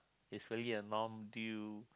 it's really a non deal